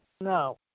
No